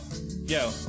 yo